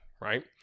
Right